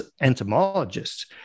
entomologists